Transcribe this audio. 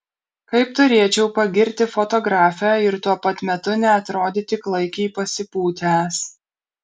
kaip turėčiau pagirti fotografę ir tuo pat metu neatrodyti klaikiai pasipūtęs